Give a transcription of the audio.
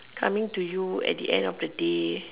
coming to you at the end of the day